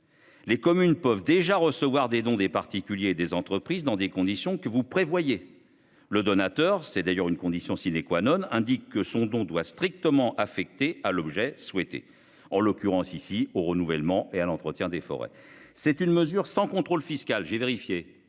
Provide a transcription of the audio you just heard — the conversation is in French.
les communes peuvent déjà recevoir des dons des particuliers et des entreprises dans les conditions que vous prévoyez. Le donateur, c'est d'ailleurs une condition, indique que son don doit être strictement affecté à l'objet souhaité. En l'occurrence, ici, ce serait le renouvellement et l'entretien des forêts. J'ai vérifié, c'est une mesure sans contrôle fiscal et